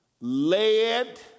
led